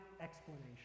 explanation